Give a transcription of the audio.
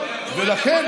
ולכן, נו.